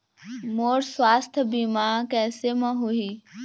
मोर सुवास्थ बीमा कैसे म होही?